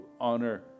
honor